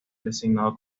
designado